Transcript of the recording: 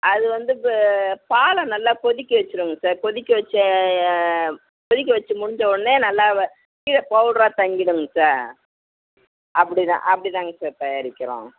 அது வந்து க பாலை நல்லா கொதிக்க வச்சுடுவோங்க சார் கொதிக்க வைச்ச கொதிக்க வச்சு முடிஞ்ச உடனே நல்லா கீழே பவுட்ராக தங்கிவிடுங்க சார் அப்படிதான் அப்படிதாங்க சார் தயாரிக்கிறோம்